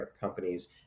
companies